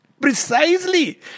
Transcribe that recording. Precisely